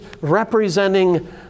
representing